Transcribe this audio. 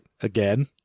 again